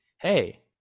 hey